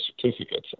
certificates